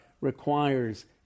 requires